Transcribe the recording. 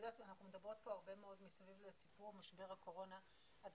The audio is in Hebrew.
אנחנו מדברות פה הרבה מאוד מסביב לסיפור משבר הקורונה עד